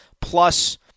Plus